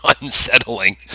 unsettling